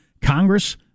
Congress